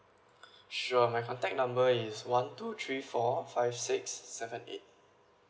sure my contact number is one two three four five six seven eight